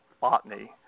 botany